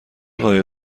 قایق